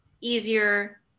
easier